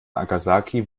nagasaki